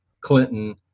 Clinton